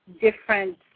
different